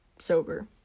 sober